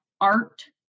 art